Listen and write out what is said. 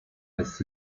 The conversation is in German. als